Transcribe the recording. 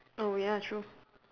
oh ya true